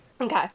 Okay